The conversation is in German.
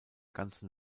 ganzen